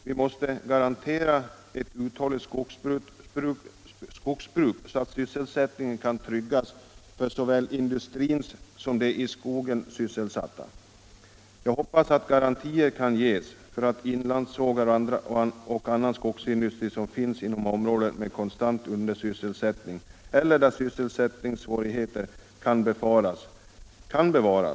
Vi måste garantera ett uthålligt skogsbruk, så att sysselsättningen kan tryggas såväl för dem som är sysselsatta inom industrin som för dem som arbetar i skogen. Jag hoppas att garantier kan ges för att inlandssågar och annan skogsindustri som finns inom områden med konstant undersysselsättning eller där man kan befara sysselsättningssvårigheter kan bevaras.